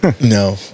No